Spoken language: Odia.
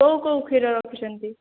କେଉଁ କେଉଁ କ୍ଷୀର ରଖୁଛନ୍ତି